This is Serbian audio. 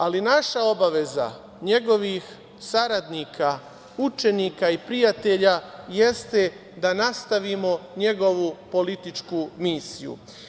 Ali, naša obaveza, njegovih saradnika, učenika i prijatelja, jeste da nastavimo njegovu političku misiju.